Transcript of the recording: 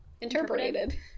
interpreted